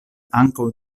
ankaŭ